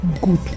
good